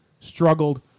struggled